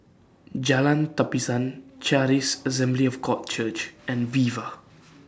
Jalan Tapisan Charis Assembly of God Church and Viva